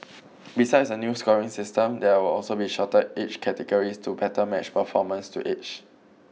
besides a new scoring system there will also be shorter age categories to better match performance to age